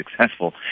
successful